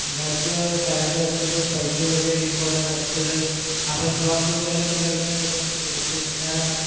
घरचं करायचं असते तर पैसे वगैरे इम्पॉर्टंट असते जर आपण जॉब जोपर्यंत करत नाही तोपर्यंत पैसे येणार नाही